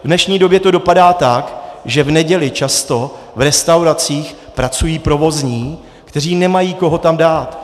V dnešní době to dopadá tak, že v neděli často v restauracích pracují provozní, kteří nemají koho tam dát.